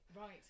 Right